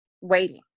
waiting